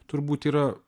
turbūt yra